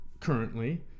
currently